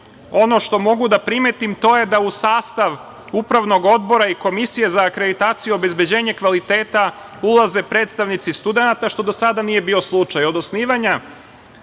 što mogu da primetim to je da u sastav Upravnog odbora i Komisije za akreditaciju i obezbeđenje kvaliteta ulaze predstavnici studenta, što do sada nije bio slučaj. Od osnivanja